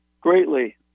greatly